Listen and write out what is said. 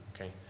okay